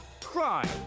crime